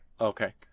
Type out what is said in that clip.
okay